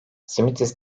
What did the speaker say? simitis